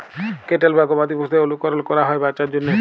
cattle বা গবাদি পশুদের অলুকরল ক্যরা হ্যয় বাচ্চার জ্যনহে